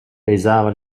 pesava